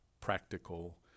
practical